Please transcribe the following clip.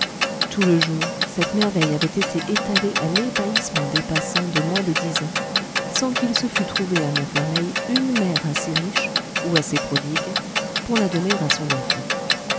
tout le jour cette merveille avait été étalée à l'ébahissement des passants de moins de dix ans sans qu'il se fût trouvé à montfermeil une mère assez riche ou assez prodigue pour la donner à son enfant